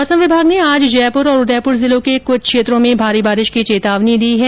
मौसम विभाग ने आज जयपुर और उदयपुर जिलों के कुछ क्षेत्रों में भारी बारिश की चेतावनी दी है